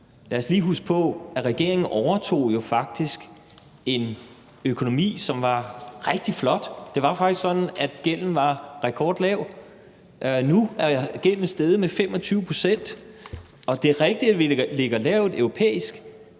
Lad os lige huske på, at regeringen jo faktisk overtog en økonomi, som var rigtig flot. Det var faktisk sådan, at gælden var rekordlav. Nu er gælden steget med 25 pct. Det er rigtigt, at vi ligger lavt europæisk